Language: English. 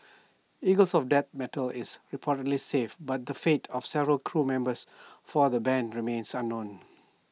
eagles of death metal is reportedly safe but the fate of several crew members for the Band remains unknown